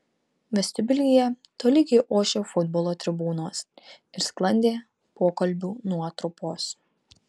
vestibiulyje tolygiai ošė futbolo tribūnos ir sklandė pokalbių nuotrupos